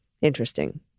Interesting